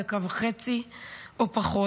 דקה וחצי או פחות.